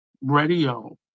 radio